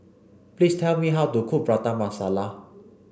please tell me how to cook Prata Masala